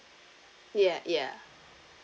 ya ya